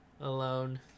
alone